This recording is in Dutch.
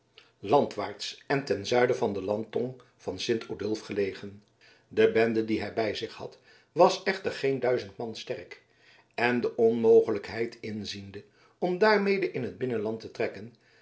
landwaarts en ten zuiden van de landtong van sint odulf gelegen de bende die hij bij zich had was echter geen duizend man sterk en de onmogelijkheid inziende om daarmede in het binnenland te trekken